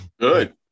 Good